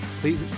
please